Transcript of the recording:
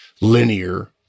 linear